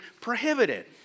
prohibited